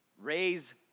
raise